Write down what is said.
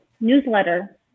newsletter